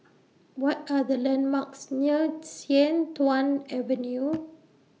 What Are The landmarks near Sian Tuan Avenue